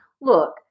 Look